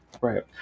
Right